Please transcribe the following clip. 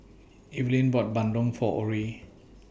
Evaline bought Bandung For Orie